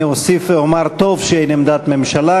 אני אוסיף ואומר שטוב שאין עמדת ממשלה,